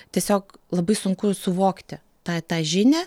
tiesiog labai sunku suvokti tą tą žinią